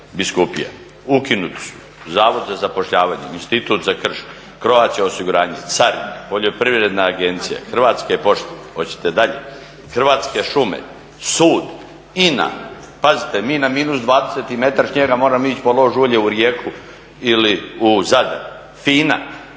biskupija. Ukinuti su zavod za zapošljavanje, institut za krš, Croatia osiguranje, carine, Poljoprivredna agencija, Hrvatske pošte, hoćete dalje? Hrvatske šume, sud, INA, pazite mi na -20 i metar snijega moramo ići po lož ulje u Rijeku ili u Zadar, FINA,